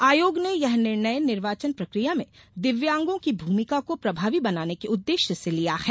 आयोग ने यह निर्णय निर्वाचन प्रक्रिया में दिव्यांगों की भूमिका को प्रभावी बनाने के उद्देश्य से लिया है